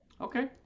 Okay